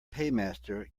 paymaster